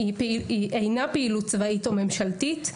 אינה פעילות צבאית או ממשלתית,